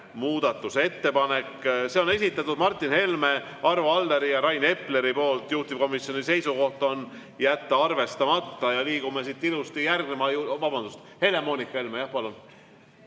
muudatusettepanek. Selle on esitanud Martin Helme, Arvo Aller ja Rain Epler. Juhtivkomisjoni seisukoht on jätta arvestamata ja liigume siit ilusti järgneva … Vabandust! Helle-Moonika Helme, palun!